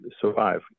survive